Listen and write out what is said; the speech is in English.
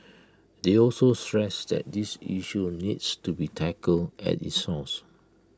they also stressed that this issue needs to be tackled at its source